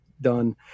done